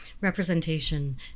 representation